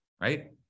right